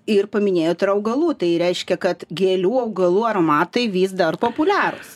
ir paminėjot ir augalų tai reiškia kad gėlių augalų aromatai dar populiarūs